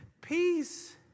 peace